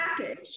package